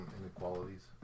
inequalities